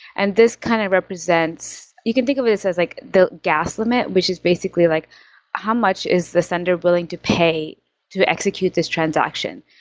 and this kind of represents you can think of it as like the gas limit, which is basically like how much is the sender willing to pay to execute this transactions.